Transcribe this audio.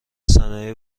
صنایع